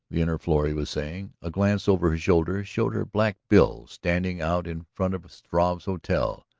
the inner florrie was saying. a glance over her shoulder showed her black bill standing out in front of struve's hotel.